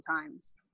times